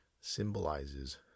symbolizes